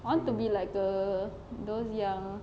I want to be like the those yang